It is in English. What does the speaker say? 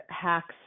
hacks